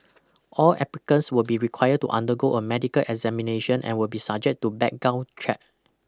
all applicants will be required to undergo a medical examination and will be subject to background check